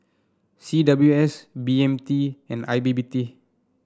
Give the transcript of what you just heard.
C W S B M T and I P P T